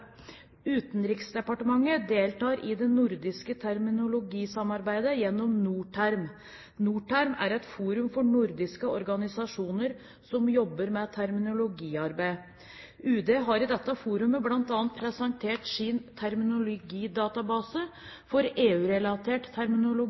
Utenriksdepartementet deltar i det nordiske terminologisamarbeidet gjennom Nordterm. Nordterm er et forum for nordiske organisasjoner som jobber med terminologiarbeid. UD har i dette forumet bl.a. presentert sin